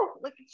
look